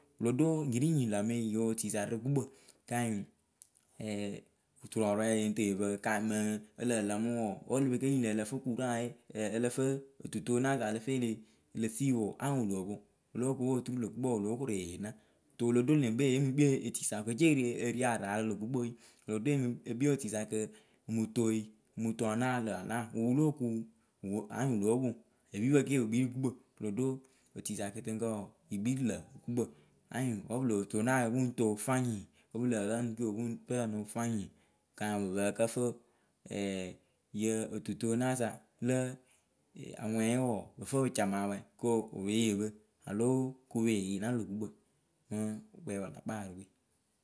wɨlo ɖo nyiriŋnyi ŋ lǝmɨ yotuisa rɨ gukpǝ kanyɩŋ oturɔɔrɔɛ yɨŋ tɨ yɨ pǝ kanyɩŋ mɨŋ ǝlǝ lǝǝmɨwʊ wɔɔ wǝ elepeyi ŋlǝ ǝ lǝ fɨ kuraŋye ɛɛ ǝlǝ fɨ otutonasa ǝlǝ fɨ ele elefiyɨ wɔɔ anyɩŋ wɨ loo poŋ wɨ lóo kuŋ opoturu lö gukpǝ wɨ lo kore yeena. to wɨlo ɖo leŋkpe yemɨ kpii etisa wɨkece wɨri eri ara rɨ lo gukpǝ we wɨlo ɖo emɨ ekpii etisa kɨ omu toyi omuto anaa lǝ anaa wɨwɨ lóo kuŋ wɨ anyɩŋ wɨ lóo poŋ epiipǝ ke pɨ kpirǝ gukpǝ wɨlo ɖo otisa kɨtɨŋkǝ wɔɔ yɨ kpii rɨ lǝ gukpǝ anyɩŋ wɨ pɨ lóo tonaa pɨ towu fanyɩŋ wǝ pɨ lǝ́ǝ rǝnɨ keo pɨŋ rǝnɨwʊ fayɩŋ kanyɩŋ pɨ pǝǝ kǝ fɨ ɛɛ yɨ otutoanaasa lǝ aŋʊwɛɛye wɔɔ pɨ fɨ pɨ camawɛ kʊ wɨpeyeepɨ aloo kɨ wɨ pe yeena lö gukpǝ. Mɨ kpɛ wɨ la kparɨwe.